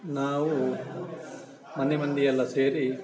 ನಾವು ಮನೆ ಮಂದಿಯೆಲ್ಲ ಸೇರಿ